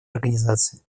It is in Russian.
организации